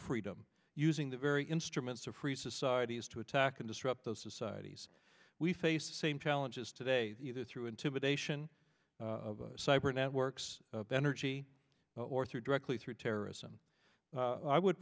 freedom using the very instruments of free societies to attack and disrupt those societies we face same challenges today either through intimidation cyber networks energy or through directly through terrorism i would